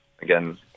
again